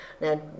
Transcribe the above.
Now